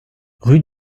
rue